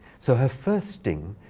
so her first sting,